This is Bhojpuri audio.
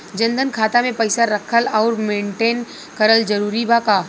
जनधन खाता मे पईसा रखल आउर मेंटेन करल जरूरी बा?